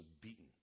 beaten